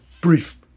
brief